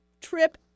trip